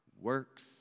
works